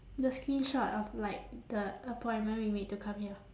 the screenshot of like the appointment we made to come here